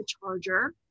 charger